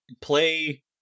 play